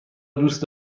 دوست